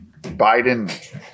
Biden